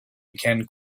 began